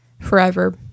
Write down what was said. forever